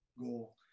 goal